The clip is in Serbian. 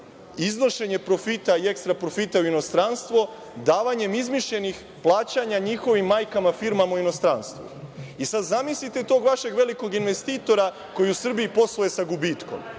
iznošenje profita i ekstra profita u inostranstvo, davanjem izmišljenih plaćanja njihovim majkama firmama u inostranstvo. Sada, zamislite tog vašeg velikog investitora koji u Srbiji posluje sa gubitkom,